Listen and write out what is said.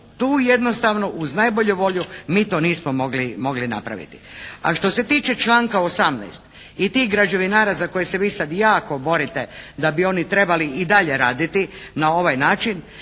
tu jednostavno uz najbolju volju mi to nismo mogli napraviti. A što se tiče članka 18. i tih građevinara za kojih se vi sad jako borite da bi oni trebali i dalje raditi na ovaj način,